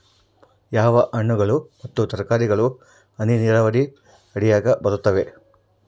ಯಾವ ಹಣ್ಣುಗಳು ಮತ್ತು ತರಕಾರಿಗಳು ಹನಿ ನೇರಾವರಿ ಅಡಿಯಾಗ ಬರುತ್ತವೆ?